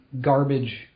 garbage